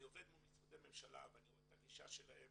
אני עובד מול משרדי ממשלה ורואה את הגישה שלהם